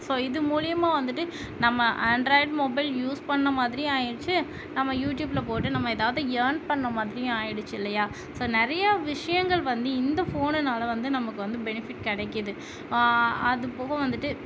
so இது மூலயமா வந்துட்டு நம்ம ஆண்ட்ராய்ட் மொபைல் யூஸ் பண்ண மாதிரி ஆகிடுச்சி நம்ம யூடியூப்பில் போட்டு நம்ம ஏதாவது ஏர்ன் பண்ண மாதிரியும் ஆகிடுச்சி இல்லையா ஸோ நிறைய விஷயங்கள் வந்து இந்த ஃபோனினால வந்து நமக்கு வந்து பெனிஃபிட் கிடக்கிது அது போக வந்துட்டு